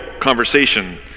conversation